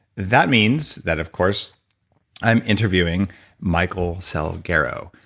that means that of course i'm interviewing micheal salguero,